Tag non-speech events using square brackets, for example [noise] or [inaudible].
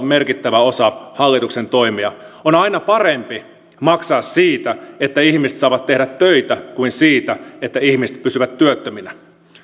[unintelligible] merkittävä osa hallituksen toimia on aina parempi maksaa siitä että ihmiset saavat tehdä töitä kuin siitä että ihmiset pysyvät työttöminä